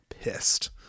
pissed